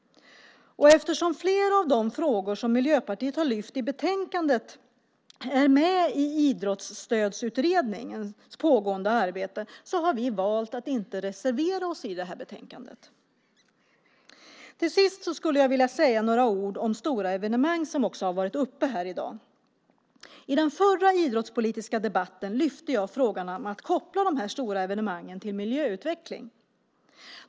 Eftersom flera av de frågor som Miljöpartiet har lyft fram i betänkandet är med i Idrottsstödsutredningens pågående arbete har vi valt att inte reservera oss i detta betänkande. Till sist skulle jag vilja säga några ord om stora evenemang, vilket också har tagits upp här i dag. I den förra idrottspolitiska debatten lyfte jag fram frågan om att koppla dessa stora evenemang till miljöutveckling.